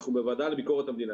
אנחנו בוועדה לביקורת המדינה,